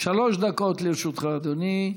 שלוש דקות לרשותך, אדוני.